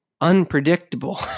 unpredictable